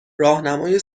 راهنمای